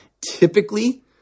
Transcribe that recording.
Typically